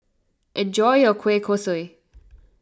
enjoy your Kueh Kosui